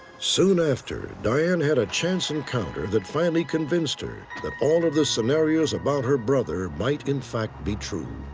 soon after, diane had a chance encounter that finally convinced her that all of the scenarios about her brother might, in fact, be true.